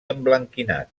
emblanquinat